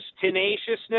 tenaciousness